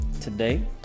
Today